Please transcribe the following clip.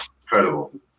incredible